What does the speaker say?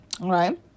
Right